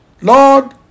Lord